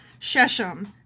Sheshem